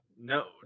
No